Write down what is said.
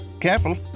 Careful